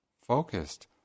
focused